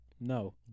No